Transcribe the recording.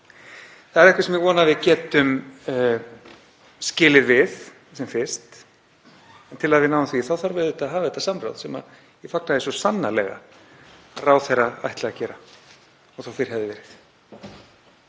Það er eitthvað sem ég vona að við getum skilið við sem fyrst og til að við náum því þá þarf auðvitað að hafa þetta samráð, sem ég fagna svo sannarlega að ráðherra ætli að hafa og þó fyrr hefði verið.